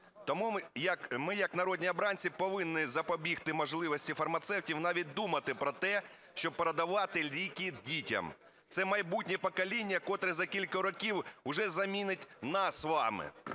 Тому ми як народні обранці повинні забігти можливості фармацевтів навіть думати про те, щоб продавати ліки дітям. Це майбутнє покоління, котре за кілька років уже замінить нас з вами.